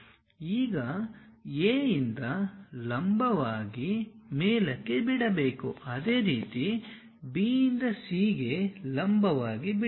ಈಗ A ಇಂದ ಲಂಬವಾಗಿ ಮೇಲಕ್ಕೆ ಬಿಡಬೇಕು ಅದೇ ರೀತಿ B ಯಿಂದ C ಗೆ ಲಂಬವಾಗಿ ಬಿಡಿ